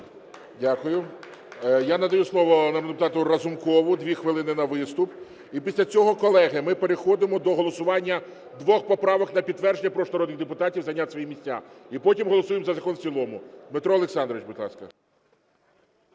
Дякую. Я надаю слово народному депутата Разумкову, 2 хвилини на виступ. І після цього, колеги, ми переходимо до голосування двох поправок на підтвердження. Прошу народних депутатів зайняти свої місця. І потім голосуємо за закон в цілому. Дмитро Олександрович, будь ласка.